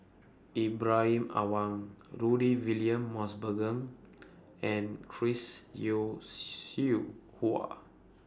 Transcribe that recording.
Ibrahim Awang Rudy William Mosbergen and Chris Yeo Siew Hua